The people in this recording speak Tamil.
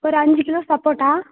ஒரு அஞ்சு கிலோ சப்போட்டா